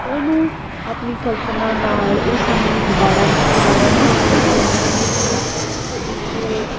ਉਹਨੂੰ ਆਪਣੀ ਕਲਪਨਾ ਨਾਲ ਉਸ ਸਮੇਂ ਨੂੰ ਦੁਬਾੜਾ ਦੁਬਾਰਾ ਮੁੜ ਮੁੜ ਚਿਤਰਤ ਕੀਤਾ ਅਤੇ ਇੱਕ